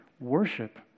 worship